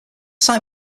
site